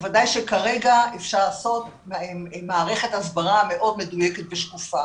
בוודאי שכרגע אפשר לעשות מערכת הסברה מאוד מדויקת ושקופה.